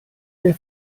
der